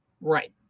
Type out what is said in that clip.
Right